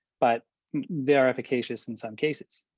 but they're efficacious in some cases.